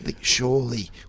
Surely